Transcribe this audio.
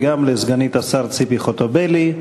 וגם לסגנית השר ציפי חוטובלי.